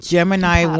Gemini